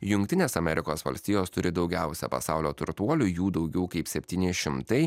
jungtinės amerikos valstijos turi daugiausia pasaulio turtuolių jų daugiau kaip septyni šimtai